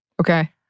Okay